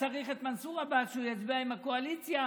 צריך את מנסור עבאס שהוא יצביע עם הקואליציה,